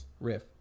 riff